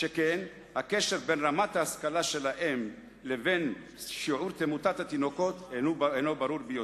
שכן הקשר בין רמת ההשכלה של האם לבין שיעור תמותת התינוקות ברור ביותר.